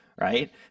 Right